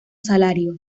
salario